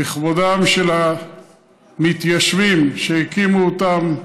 לכבודם של המתיישבים שהקימו אותם,